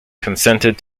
consented